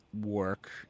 work